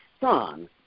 son